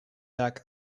dark